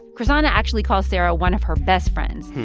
chrishana actually calls sarah one of her best friends.